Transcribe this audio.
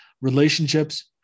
relationships